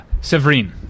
Severine